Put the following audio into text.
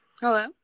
hello